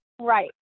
right